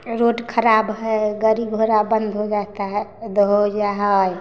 road खराब हइ गाड़ी घोड़ा बन्द हो जाता है हो जाए हइ